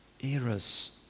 eras